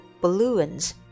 balloons